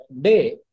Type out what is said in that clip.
day